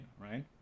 right